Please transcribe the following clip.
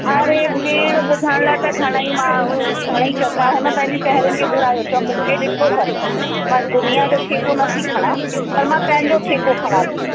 अड़े भेण ॿुधण लाइ त घणई माण्हू घणई चड़ंदा हुन पंहिंजी साहेड़ियुनि खे घुरायो चओ मूंखे ॾिठो अथनि मां दुनिया जो ठेको नथी खणां पर मां पंहिंजो ठेको खणां थी